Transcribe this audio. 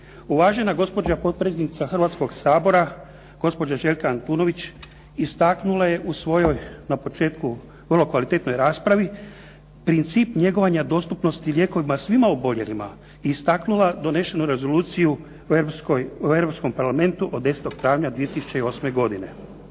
Uvažena gospođa potpredsjednica hrvatskog Sabora gospođa Željka Antunović istaknula je u svojoj na početku vrlo kvalitetnoj raspravi princip njegovanja dostupnosti lijekovima svima oboljelima i istaknula donešenu rezoluciju u Europskom parlamentu od 10. travnja 2008. godine.